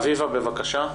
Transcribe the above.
אביבה חלבי, בבקשה.